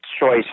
choice